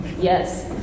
yes